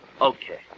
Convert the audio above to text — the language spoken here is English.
Okay